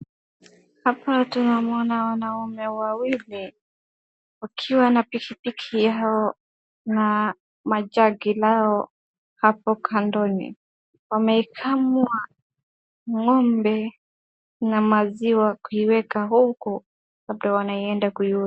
Hapa tunaona wanaume wawili wakiwa na pikipiki na majagi hapo kandoni .Wameikamua ng'ombe na maziwa kuieka huko wote wanaenda kuiuza.